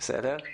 עם זאת,